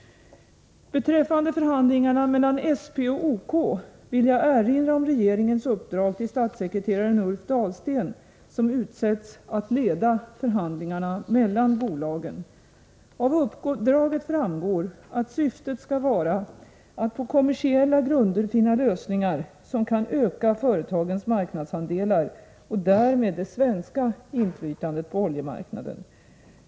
Beträffande förhandlingarna mellan SP och OK vill jag erinra om regeringens uppdrag till statssekreteraren Ulf Dahlsten, som utsetts att leda förhandlingarna mellan bolagen. Av uppdraget framgår att syftet skall vara att på kommersiella grunder finna lösningar som kan öka företagens marknadsandelar och därmed det svenska inflytandet på oljemarknaden.